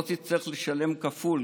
ולא תצטרך לשלם כפול,